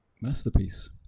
masterpiece